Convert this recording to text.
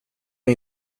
mig